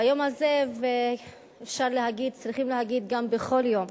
ביום הזה אפשר להגיד, צריכים להגיד גם בכל יום,